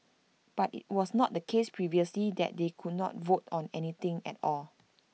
but IT was not the case previously that they could not vote on anything at all